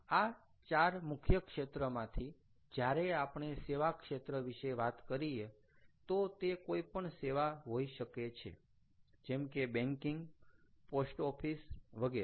આ ચાર મુખ્ય ક્ષેત્રમાંથી જ્યારે આપણે સેવા ક્ષેત્ર વિશે વાત કરીએ તો તે કોઈ પણ સેવા હોઈ શકે છે જેમ કે બેન્કિંગ પોસ્ટ ઓફિસ વગેરે